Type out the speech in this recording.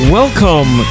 welcome